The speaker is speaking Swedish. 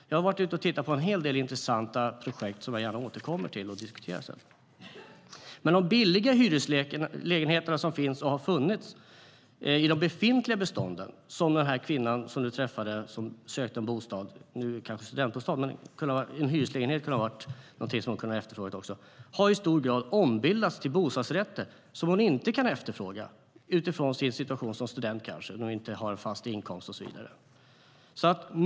Jag har varit ute och tittat på en hel del intressanta projekt som jag gärna återkommer till och diskuterar.De billiga hyreslägenheterna i det befintliga beståendet, som den kvinna som du träffade och som sökte en bostad hade kunnat efterfråga, har i stor utsträckning ombildats till bostadsrätter. En sådan bostadsrätt kan hon kanske inte efterfråga utifrån sin situation som student, då hon inte har fast inkomst.